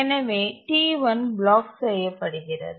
எனவே T1 block செய்யப்படுகிறது